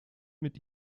mit